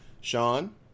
Sean